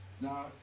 Now